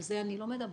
על זה אני לא מדברת.